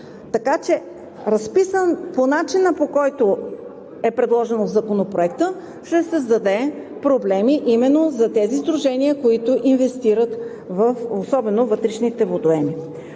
разписан по начина, по който е предложено в Законопроекта, ще създаде проблеми именно за тези сдружения, които инвестират особено във вътрешните водоеми.